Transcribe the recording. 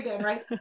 right